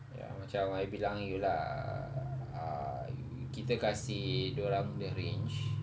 ya macam I bilang you lah uh err kita kasi dia orang arrange